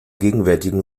gegenwärtigen